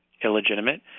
illegitimate